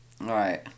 Right